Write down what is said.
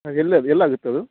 ಎಲ್ಲದು ಎಲ್ಲಿ ಆಗುತ್ತದು